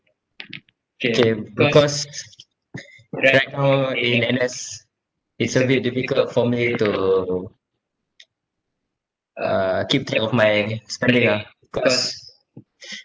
K because right now in N_S it's a bit difficult for me to uh keep track of my spending ah cause